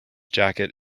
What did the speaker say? jacket